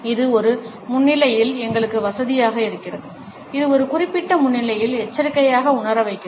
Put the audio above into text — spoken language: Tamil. இது ஒரு முன்னிலையில் எங்களுக்கு வசதியாக இருக்கிறது இது ஒரு குறிப்பிட்ட முன்னிலையில் எச்சரிக்கையாக உணர வைக்கிறது